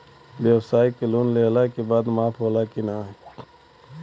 ब्यवसाय के लोन लेहला के बाद माफ़ होला की ना?